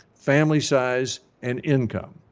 family size and income.